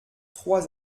trois